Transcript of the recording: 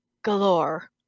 galore